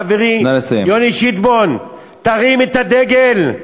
חברי יוני שטבון: תרים את הדגל,